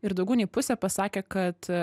ir daugiau nei pusė pasakė kad